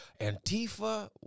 Antifa